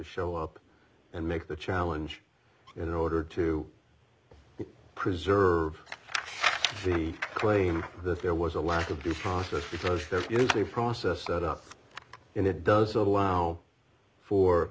show up and make the challenge in order to preserve the claim that there was a lack of due process because there is a process set up in it does allow for